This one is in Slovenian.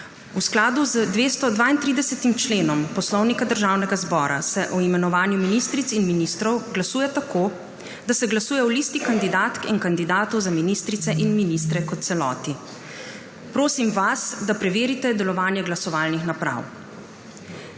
V skladu z 232. členom Poslovnika Državnega zbora se o imenovanju ministric in ministrov glasuje tako, da se glasuje o listi kandidatk in kandidatov za ministrice in ministre kot celoti. Prosim vas, da preverite delovanje glasovalnih naprav.